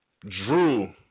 drew